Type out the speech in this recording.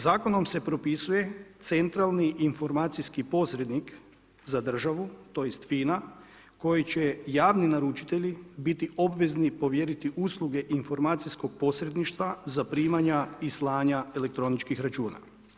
Zakonom se propisuje centralni informacijski posrednik za državu tj. FINA, kojoj će javni naručitelji biti obvezni povjeriti usluge informacijskog posredništva za primanja i slanja elektroničkih računa.